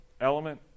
element